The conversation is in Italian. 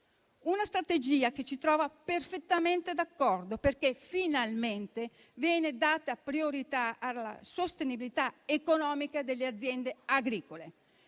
Una strategia che ci trova perfettamente d'accordo, perché finalmente viene data priorità alla sostenibilità economica delle aziende agricole.